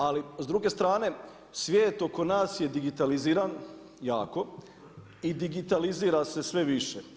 Ali, s druge strane, svijet oko nas je digitaliziran jako, i digitalizira se sve više.